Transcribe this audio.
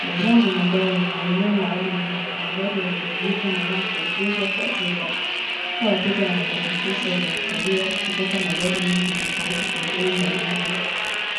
Bazaar za magari ni maeneo maalum ambapo magari yaliyotumika na mapya huuzwa kwa wateja. Hapa wateja wanapata fursa za kuchagua kutoka magari mengi tofauti kwa bei mbalimbali.